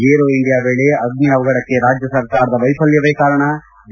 Aero India ವೇಳೆ ಅಗ್ನಿ ಅವಗಢಕ್ಕೆ ರಾಜ್ಯ ಸರ್ಕಾರದ ವೈಫಲ್ಯ ಬಿ